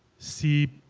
see,